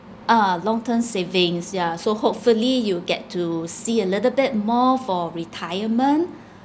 ah long term savings yeah so hopefully you'll get to see a little bit more for retirement